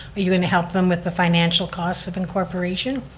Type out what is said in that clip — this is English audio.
are you going to help them with the financial cost of incorporation?